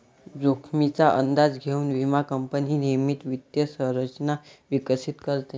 जोखमीचा अंदाज घेऊन विमा कंपनी नियमित वित्त संरचना विकसित करते